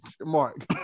Mark